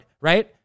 right